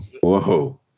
Whoa